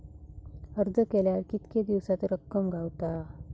अर्ज केल्यार कीतके दिवसात रक्कम गावता?